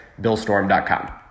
BillStorm.com